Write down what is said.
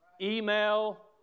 email